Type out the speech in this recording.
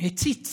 הציץ